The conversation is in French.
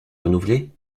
renouveler